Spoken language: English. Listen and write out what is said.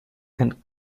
and